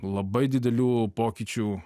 labai didelių pokyčių